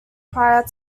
prior